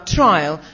trial